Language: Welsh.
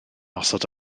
osod